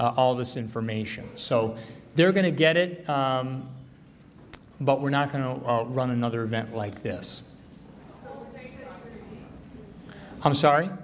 all this information so they're going to get it but we're not going to run another event like this i'm sorry